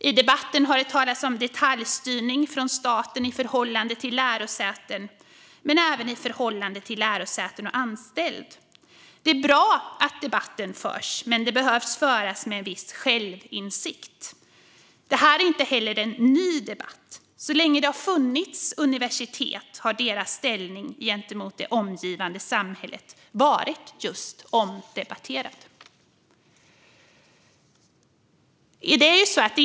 I debatten har det talats om detaljstyrning från staten i förhållande till lärosäten men även i förhållandet mellan lärosäten och anställda. Det är bra att debatten förs, men den behöver föras med viss självinsikt. Det är heller inte en ny debatt. Så länge det har funnits universitet har deras ställning gentemot det omgivande samhället varit omdebatterad.